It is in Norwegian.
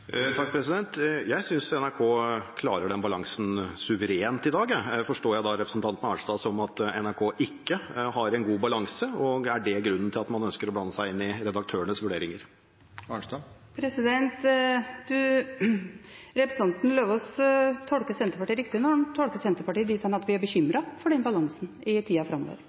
Jeg synes NRK klarer den balansen suverent i dag. Forstår jeg representanten Arnstad slik at NRK ikke har en god balanse, og er det grunnen til at man ønsker å blande seg inn i redaktørenes vurderinger? Representanten Eidem Løvaas tolker Senterpartiet riktig når han tolker Senterpartiet dit hen at vi er bekymret for den balansen i tida framover.